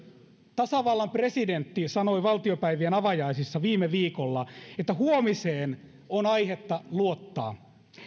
tasavallan presidentti sanoi valtiopäivien avajaisissa viime viikolla että huomiseen on aihetta luottaa